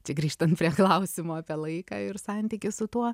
tik grįžtant prie klausimo apie laiką ir santykį su tuo